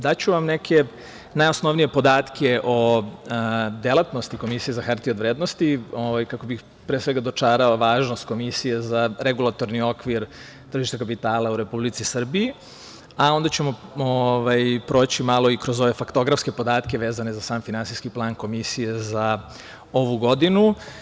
Daću vam neke najosnovnije podatke o delatnosti Komisije za HOV kako bih, pre svega, dočarao važnost Komisije za regulatorni okvir tržišta kapitala u Republici Srbiji, a onda ćemo proći malo i kroz ove faktografske podatke vezane za sam finansijski plan Komisije za ovu godinu.